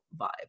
vibe